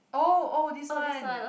oh oh this one